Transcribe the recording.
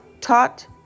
taught